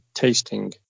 Tasting